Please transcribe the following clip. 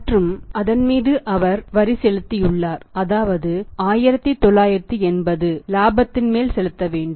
மற்றும் அதன்மீது அவர் வரி செலுத்தியுள்ளார் ஆவது 1980 இலாபத்தின்மேல் செலுத்த வேண்டும்